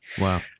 Wow